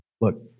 Look